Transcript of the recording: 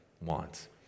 wants